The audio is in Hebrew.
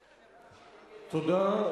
תודה,